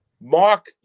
Mark